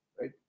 right